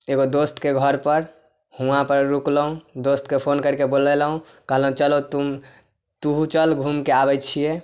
एगो दोस्तके घरपर हुआँपर रुकलहुँ दोस्तके फोन करके बोलेलहुँ कहलहुँ चलो तुम तुहू चल घुमके आबय छियै